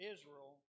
Israel